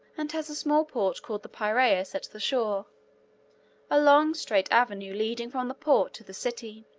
and has a small port, called the piraeus, at the shore a long, straight avenue leading from the port to the city.